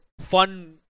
fun